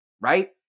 right